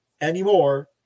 anymore